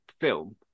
film